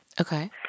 Okay